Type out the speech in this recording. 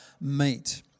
meet